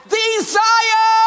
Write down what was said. Desire